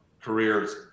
careers